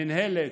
המינהלת,